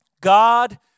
God